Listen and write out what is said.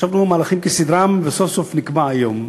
חשבנו שהמהלכים הם כסדרם, וסוף-סוף נקבע היום.